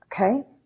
Okay